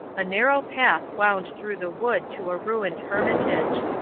a narrow path wound through the wood to a ruined hermitage.